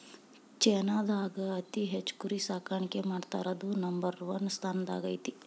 ಚೇನಾದಾಗ ಅತಿ ಹೆಚ್ಚ್ ಕುರಿ ಸಾಕಾಣಿಕೆ ಮಾಡ್ತಾರಾ ಅದು ನಂಬರ್ ಒನ್ ಸ್ಥಾನದಾಗ ಐತಿ